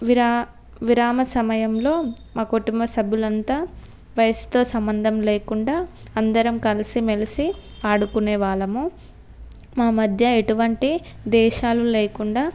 విరా విరామ సమయంలో మా కుటుంబ సభ్యులంతా వయసుతో సంబంధం లేకుండా అందరం కలిసి మెలిసి ఆడుకునేవాళ్ళము మా మధ్య ఎటువంటి ద్వేషాలు లేకుండా